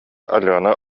алена